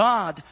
God